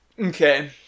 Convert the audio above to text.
okay